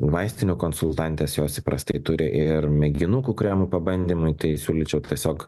vaistinių konsultantės jos įprastai turi ir mėginukų kremų pabandymui tai siūlyčiau tiesiog